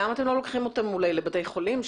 למה אתם לא לוקחים אותם לבתי חולים,